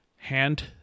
hand